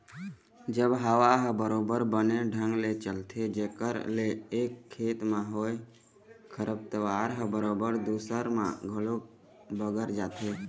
जब हवा ह बरोबर बने ढंग ले चलथे जेखर ले एक खेत म होय खरपतवार ह बरोबर दूसर म घलोक बगर जाथे